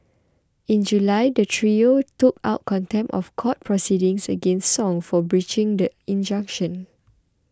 in July the trio took out contempt of court proceedings against Song for breaching the injunction